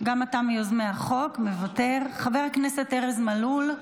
גם אתה מיוזמי החוק, מוותר, חבר הכנסת ארז מלול,